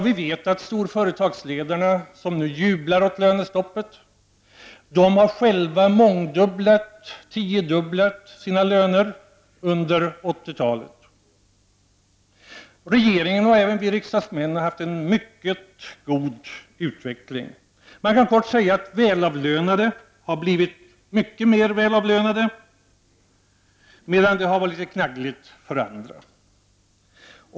Vi vet att storföretagsledarna som nu jublar över lönesstoppet själva har mångdubblat, tiodubblat, sina löner under 1980-talet. Regeringen och även vi riksdagsmän har haft en mycket god utveckling. Kortfattat kan man säga att de välavlönande har blivit mycket mer välavlönande, medan det har varit litet knaggligt för de andra.